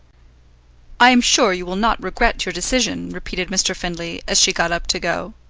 i am sure you will not regret your decision, repeated mr. findlay, as she got up to go.